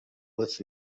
with